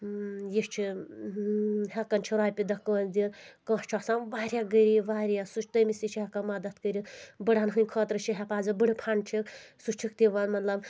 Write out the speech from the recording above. یہِ چھُ ہٮ۪کان چھُ رۄپیہِ دہ کٲنٛسہِ دِتھ کانٛہہ چھُ آسان واریاہ غریٖب واریاہ سُہ تٔمِس تہِ چھ ہٮ۪کان مدد کٔرتھ بٕڑن ہٕنٛدۍ خٲطرٕ چھِ حفاظت بٕڑٕ فنڈ چھِ سُہ چھِکھ دِوان مطلب